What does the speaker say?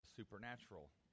supernatural